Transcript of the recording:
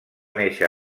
néixer